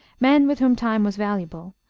men with whom time was valuable,